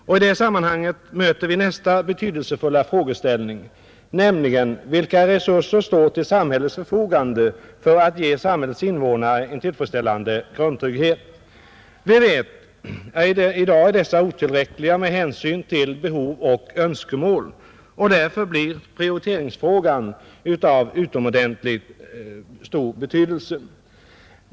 Och i det sammanhanget möter vi nästa betydelsefulla frågeställning: Vilka resurser står till samhällets förfogande för att ge medborgarna en tillfredsställande grundtrygghet? Vi vet att i dag är dessa otillräckliga med hänsyn till behov och önskemål, och därför blir prioriteringsfrågan av utomordentligt stor betydelse.